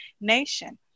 nation